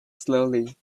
slowly